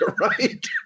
right